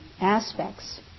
aspects